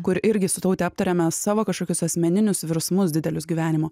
kur irgi su taute aptarėme savo kažkokius asmeninius virsmus didelius gyvenimo